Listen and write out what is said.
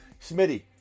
Smitty